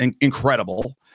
incredible